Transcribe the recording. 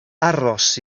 aros